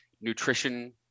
nutrition